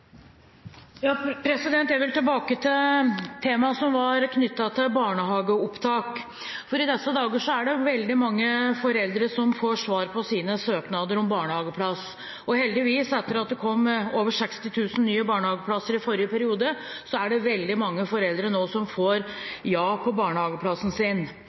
temaet som var knyttet til barnehageopptak. I disse dager er det veldig mange foreldre som får svar på sine søknader om barnehageplass. Heldigvis er det nå – etter at det kom 60 000 nye barnehageplasser i forrige periode – veldig mange foreldre som får ja til svar på